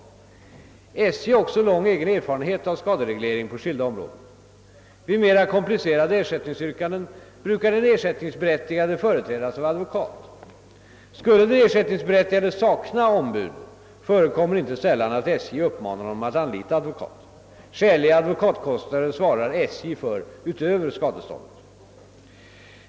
SJ har också lång egen erfarenhet av skadereglering på skilda områden, Vid mera komplicerade ersättningsyrkanden brukar den ersättningsberättigade företrädas av advokat. Skulle den ersättningsberättigade sakna ombud förekommer inte sällan att SJ uppmanar honom att anlita advokat. Skäliga advokatkostnader svarar SJ för utöver skadeståndet.